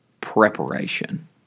preparation